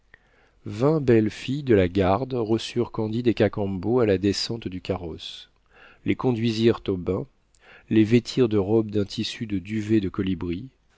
vingt belles filles de la garde reçurent candide et cacambo à la descente du carrosse les conduisirent aux bains les vêtirent de robes d'un tissu de duvet de colibri